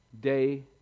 Day